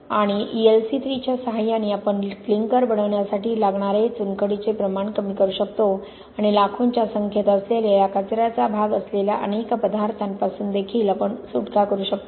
आणि L C 3 च्या सहाय्याने आपण क्लिंकर बनवण्यासाठी लागणारे चुनखडीचे प्रमाण कमी करू शकतो आणि लाखोंच्या संख्येत असलेल्या आणि कचऱ्याचा भाग असलेल्या अनेक पदार्थांपासून देखील आपण सुटका करू शकतो